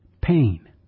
pain